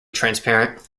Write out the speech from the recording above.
transparent